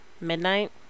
midnight